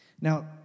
Now